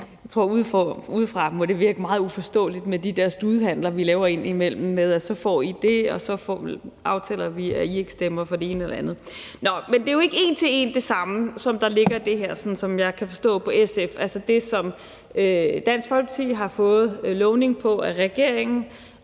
Jeg tror, det udefra må virke meget uforståeligt med de der studehandler, vi laver indimellem: Så får I det, og så aftaler vi, at I ikke stemmer for det ene eller det andet. Nå. Men det er jo ikke en til en det samme, som der ligger i det her, sådan som jeg kan forstå på SF. Det, som Dansk Folkeparti har fået lovning på af regeringen,